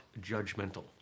judgmental